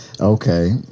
Okay